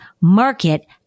market